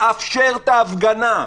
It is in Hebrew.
תאפשר את ההפגנה.